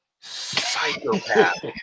psychopath